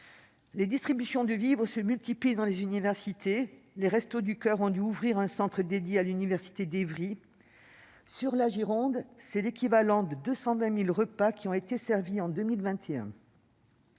Les distributions de vivres se multiplient dans les universités. Les Restos du Coeur ont dû ouvrir un centre dédié à l'université d'Évry. En Gironde, c'est l'équivalent de 220 000 repas qui ont été servis en 2021.